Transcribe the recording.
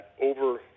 over